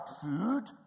food